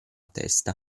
testa